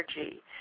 energy